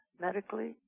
medically